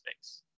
space